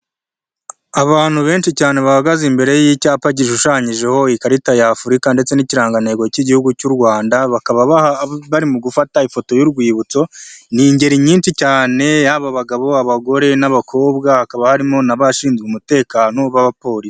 Abantu benshi cyane bahagaze imbere y'icyapa gishushanyijeho ikarita ya afurika, ndetse n'ikirangantego cy'igihugu cy'u Rwanda, bakaba bari mu gufata ifoto y'urwibutso, ni ingeri nyinshi cyane, yaba abagabo abagore n'abakobwa, bakaba harimo n'abashinzwe umutekano b'abapolisi.